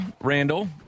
Randall